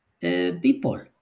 people